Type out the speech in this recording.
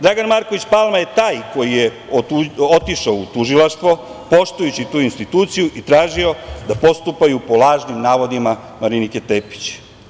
Dragan Marković Palma je taj koji je otišao u tužilaštvo, poštujući tu instituciju i tražio da postupaju po lažnim navodima Marinike Tepić.